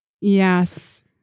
yes